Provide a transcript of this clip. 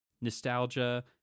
nostalgia